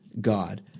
God